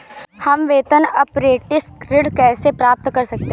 हम वेतन अपरेंटिस ऋण कैसे प्राप्त कर सकते हैं?